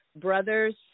Brothers